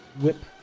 Whip